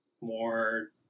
more